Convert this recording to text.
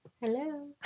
Hello